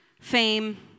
fame